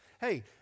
Hey